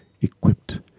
equipped